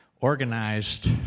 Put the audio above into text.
organized